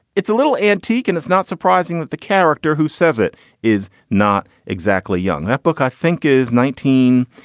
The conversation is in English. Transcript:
it's a little antique. and it's not surprising that the character who says it is not exactly young. that book, i think is nineteen.